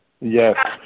yes